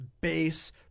base